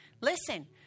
Listen